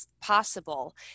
possible